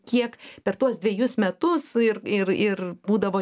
kiek per tuos dvejus metus ir ir ir būdavo